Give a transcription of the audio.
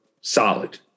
solid